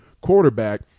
quarterback